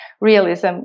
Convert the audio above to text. realism